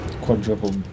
Quadruple